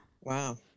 Wow